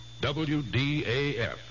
WDAF